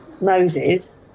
Moses